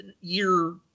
year